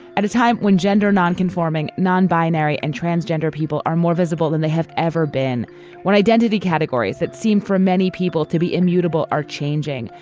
at a time when gender nonconforming non binary and transgender people are more visible than they have ever been when identity categories that seem for many people to be immutable are changing.